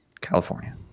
California